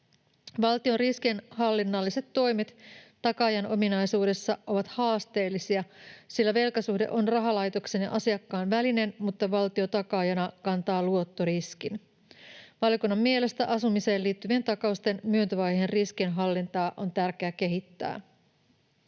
Valtion riskinhallinnalliset toimet takaajan ominaisuudessa ovat haasteellisia, sillä velkasuhde on rahalaitoksen ja asiakkaan välinen, mutta valtio takaajana kantaa luottoriskin. Valiokunnan mielestä asumiseen liittyvien takausten myyntivaiheen riskinhallintaa on tärkeää kehittää.